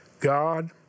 God